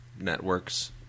networks